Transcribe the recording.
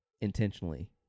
intentionally